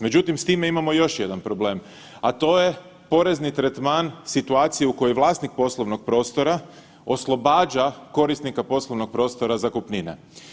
Međutim, s time imamo još jedan problem, a to je porezni tretman situacije u kojoj vlasnik poslovnog prostora oslobađa korisnika poslovnog prostora zakupnine.